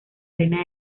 arena